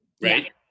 right